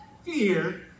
fear